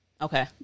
Okay